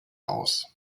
aus